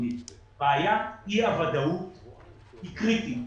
בעיית אי הוודאות היא קריטית.